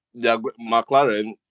McLaren